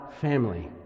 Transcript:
family